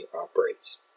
operates